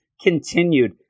Continued